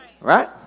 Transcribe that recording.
Right